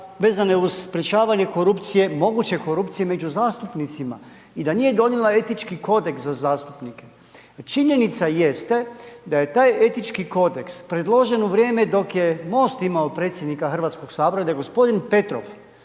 vezano uz sprječavanje korupcije, moguće korupcije među zastupnicima i da nije donijela etički kodeks za zastupnike. Činjenica jeste, da je taj etički kodeks, predložen u vrijeme, dok je Most imao predsjednika Hrvatskog sabora, da je gospodin Petrov,